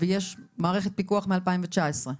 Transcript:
ויש מערכת פיקוח מ-2019,